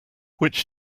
which